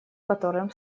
которым